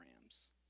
rams